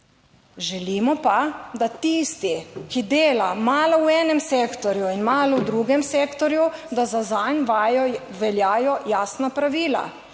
Želimo pa, da tisti, ki dela malo v enem sektorju in malo v drugem sektorju, da zanj vajo…, veljajo jasna pravila,